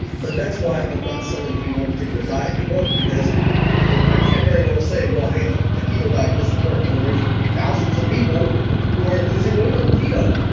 but that's why i'm not selling any one particular diet in the book because i can't very well say, well hey, the the keto diet doesn't work, when there's thousands of people who are losing weight on keto.